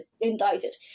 indicted